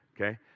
Okay